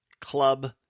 club